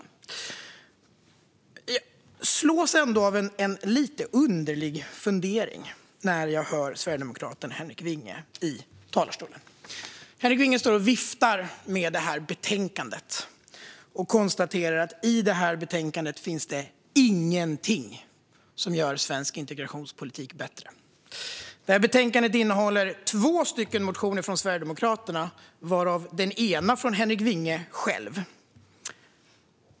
Jag slås ändå av en underlig fundering när jag hör sverigedemokraten Henrik Vinge i talarstolen. Henrik Vinge står och viftar med det här betänkandet, som jag nu också visar för kammarens ledamöter, och konstaterar att det inte finns någonting i det som gör svensk integrationspolitik bättre. Betänkandet innehåller två motioner från Sverigedemokraterna, varav en är från Henrik Vinge själv.